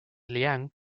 liang